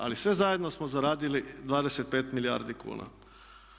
Ali sve zajedno smo zaradili 25 milijardi kuna.